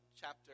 chapter